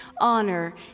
honor